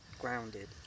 grounded